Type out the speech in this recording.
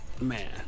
Man